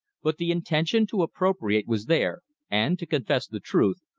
but the intention to appropriate was there, and, to confess the truth,